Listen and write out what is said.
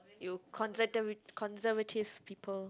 you conserv~ conservative people